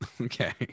Okay